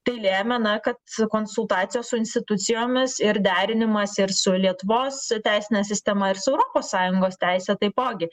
tai lėmė kad konsultacijos su institucijomis ir derinimas ir su lietuvos teisine sistema ir su europos sąjungos teise taipogi